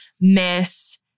miss